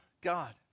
God